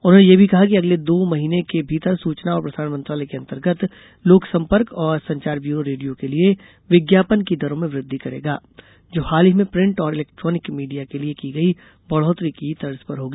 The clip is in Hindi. उन्होंने यह भी कहा कि अगले दो महीने के भीतर सूचना और प्रसारण मंत्रालय के अंतर्गत लोक संपर्क और संचार ब्यूरो रेडियो के लिए विज्ञापन की दरों में वृद्धि करेगा जो हाल ही में प्रिंट और इलेक्ट्रॉनिक मीडिया के लिए की गई बढ़ोतरी की तर्ज पर होंगी